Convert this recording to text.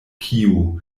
kiu